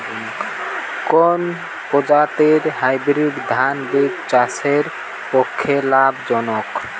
কোন প্রজাতীর হাইব্রিড ধান বীজ চাষের পক্ষে লাভজনক?